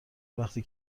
وقتی